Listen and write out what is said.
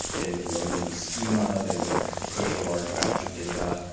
they would load a new schema. they would push a large batch of data.